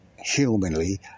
humanly